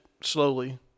slowly